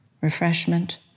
refreshment